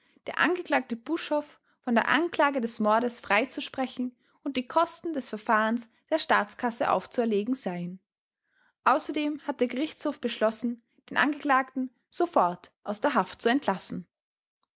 der angeklagte buschhoff von der anklage des mordes freizusprechen und die kosten des verfahrens der staatskasse aufzuerlegen seien außerdem hat der gerichtshof beschlossen den angeklagten sofort aus der haft zu entlassen